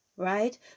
Right